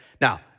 Now